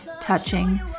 touching